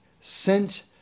sent